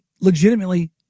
legitimately